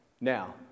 Now